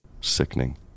Sickening